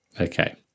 okay